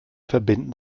verbinden